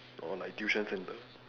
orh like tuition centre